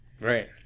Right